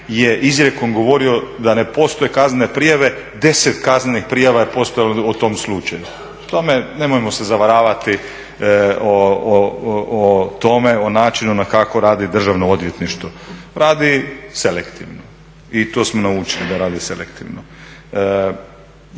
je izrijekom govorio da ne postoje kaznene prijave, 10 kaznenih prijava je postojalo o tom slučaju. K tome, nemojmo se zavaravati o tome, o načinu kako radi državno odvjetništvo. Radi selektivno i to smo naučili da radi selektivno.